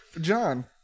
john